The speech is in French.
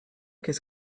qu’est